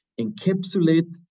encapsulate